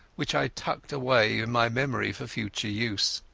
which i tucked away in my memory for future use.